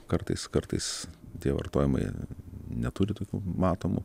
kartais kartais tie vartojimai neturi tokių matomų